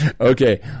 okay